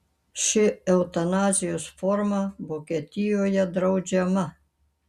ši eutanazijos forma vokietijoje draudžiama